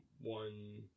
one